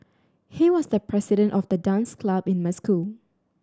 he was the president of the dance club in my school